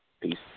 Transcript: Peace